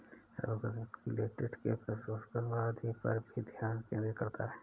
रबड़ प्रौद्योगिकी लेटेक्स के प्रसंस्करण आदि पर भी ध्यान केंद्रित करता है